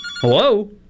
Hello